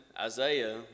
Isaiah